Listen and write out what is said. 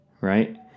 right